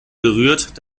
berührt